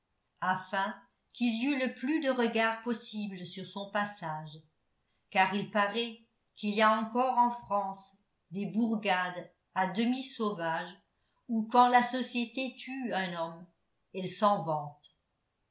afin qu'il y eût le plus de regards possible sur son passage car il paraît qu'il y a encore en france des bourgades à demi sauvages où quand la société tue un homme elle s'en vante